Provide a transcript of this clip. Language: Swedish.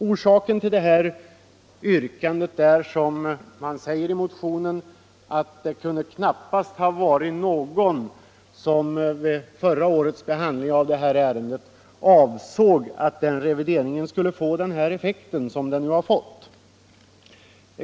Orsaken till yrkandet är, som det sägs i motionen, att knappast någon vid förra årets behandling av det här ärendet avsåg att revideringen skulle få den effekt som den har fått.